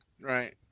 Right